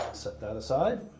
set that aside.